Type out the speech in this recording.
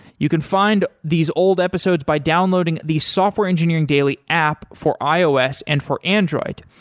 you can find these old episodes by downloading the software engineering daily app for ios and for android.